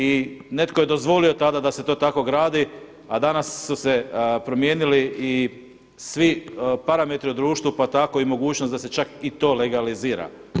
I netko je dozvolio tada da se to tako gradi, a danas su se promijenili i svi parametri u društvu, pa tako i mogućnost da se čak i to legalizira.